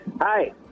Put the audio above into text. Hi